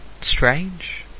strange